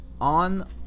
on